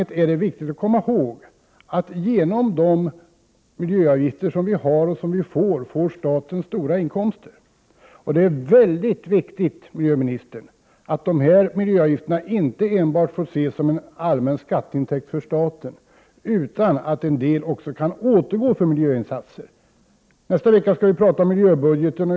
Men här är det viktigt att komma ihåg att de miljöavgifter vi har och kommer att få ger staten stora inkomster. Det är, miljöministern, väldigt viktigt att miljöavgifterna inte enbart ses som en allmän skatteintäkt för staten. En del av de inkomster som dessa avgifter ger bör användas för miljöinsatser. I nästa vecka skall vi behandla miljöbudgeten.